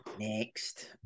Next